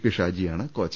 P ഷാജിയാണ് coach